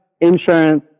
insurance